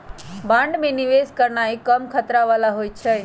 bond में निवेश करनाइ कम खतरा बला होइ छइ